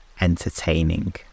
entertaining